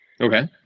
Okay